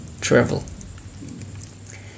travel